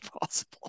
possible